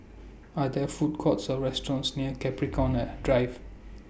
Are There Food Courts Or restaurants near Capricorn Drive